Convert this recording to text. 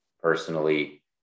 personally